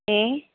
ഏ